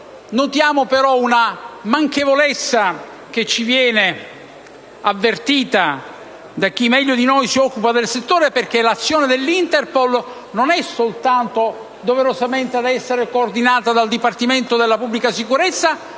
notiamo però una manchevolezza, che viene avvertita da chi, meglio di noi, si occupa del settore. Perché l'azione dell'Interpol doveva essere doverosamente coordinata non soltanto dal Dipartimento della pubblica sicurezza,